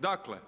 Dakle,